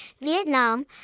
Vietnam